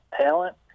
talent